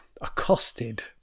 accosted